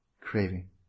craving